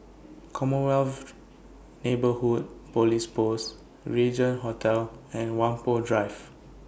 Commonwealth Neighbourhood Police Post Regin Hotel and Whampoa Drive